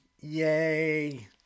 Yay